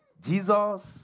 Jesus